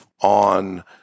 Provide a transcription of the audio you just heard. on –